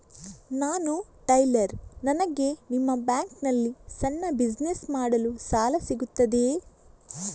ನಾನು ಟೈಲರ್, ನನಗೆ ನಿಮ್ಮ ಬ್ಯಾಂಕ್ ನಲ್ಲಿ ಸಣ್ಣ ಬಿಸಿನೆಸ್ ಮಾಡಲು ಸಾಲ ಸಿಗುತ್ತದೆಯೇ?